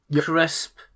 crisp